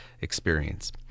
experience